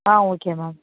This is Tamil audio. ah okay ma'am